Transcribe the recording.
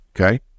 okay